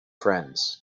friends